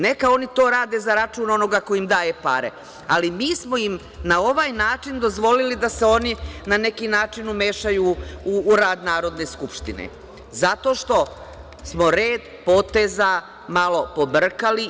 Neka oni to rade za račun onoga ko im daje pare, ali mi smo im na ovaj način dozvolili da se oni, na neki način, umešaju u rad Narodne skupštine, zato što smo red poteza malo pobrkali.